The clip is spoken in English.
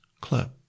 clip